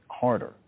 harder